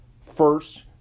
First